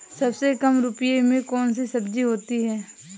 सबसे कम रुपये में कौन सी सब्जी होती है?